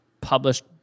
published